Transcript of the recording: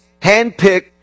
handpicked